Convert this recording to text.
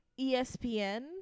ESPN